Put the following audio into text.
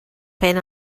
feien